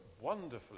wonderfully